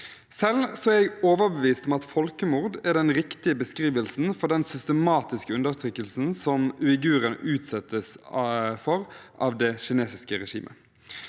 Selv er jeg overbevist om at folkemord er den riktige beskrivelsen for den systematiske undertrykkelsen som uigurer utsettes for av det kinesiske regimet.